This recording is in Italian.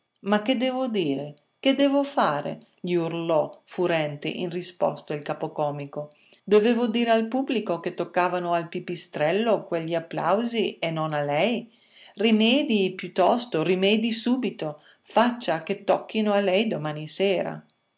ma che dovevo dire che dovevo fare gli urlò furente in risposta il capocomico dovevo dire al pubblico che toccavano al pipistrello quegli applausi e non a lei rimedii piuttosto rimedii subito faccia che tocchino a lei domani sera